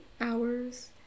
Hours